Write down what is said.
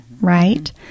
Right